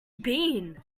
been